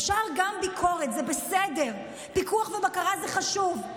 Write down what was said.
אפשר גם ביקורת, זה בסדר, פיקוח ובקרה הזה חשוב.